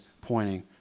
pointing